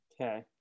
Okay